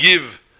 give